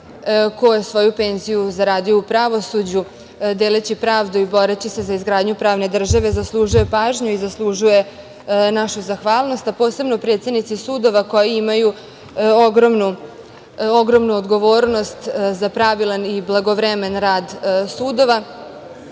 ko je svoju penziju zaradio u pravosuđu, deleći pravdu i boreći se za izgradnju pravne države zaslužuje pažnju i zaslužuje našu zahvalnost, a posebno predsednici sudova koji imaju ogromnu odgovornost za pravilan i blagovremen rad sudova. Ja